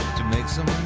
to make some